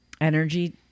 energy